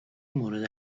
مورد